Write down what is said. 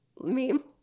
meme